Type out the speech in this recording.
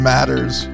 Matters